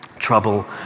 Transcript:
Trouble